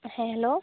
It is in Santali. ᱦᱮᱸ ᱦᱮᱞᱳ